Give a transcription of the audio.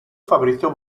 fabrizio